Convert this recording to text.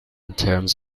terms